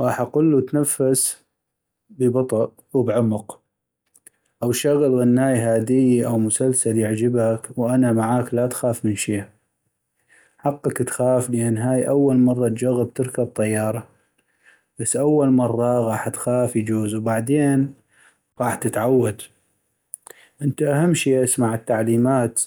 غاح اقلو اتنفس ببطء وعمق .أو شغل غناي هاديي او مسلسل يعجبك وانا معاك لا تخاف من شي ، حقك تخاف لأن هاي اول مرة تجغب تركب طيارة ، بس اول مرة غاح تخاف يجوز وبعدين غاح تتعود ، انت اهم شي اسمع التعليمات